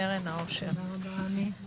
הישיבה ננעלה בשעה